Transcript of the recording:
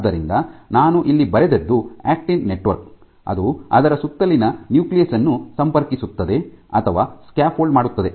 ಆದ್ದರಿಂದ ನಾನು ಇಲ್ಲಿ ಬರೆದದ್ದು ಆಕ್ಟಿನ್ ನೆಟ್ವರ್ಕ್ ಅದು ಅದರ ಸುತ್ತಲಿನ ನ್ಯೂಕ್ಲಿಯಸ್ ಅನ್ನು ಸಂಪರ್ಕಿಸುತ್ತದೆ ಅಥವಾ ಸ್ಕ್ಯಾಫೋಲ್ಡ್ ಮಾಡುತ್ತದೆ